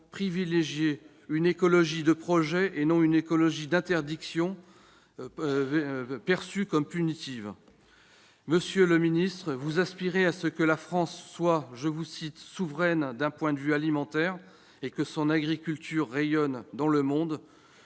privilégier une écologie de projets et non pas une écologie d'interdiction, perçue comme étant punitive. Monsieur le ministre, vous aspirez à ce que la France soit « souveraine d'un point de vue alimentaire » et que « son agriculture rayonne dans le monde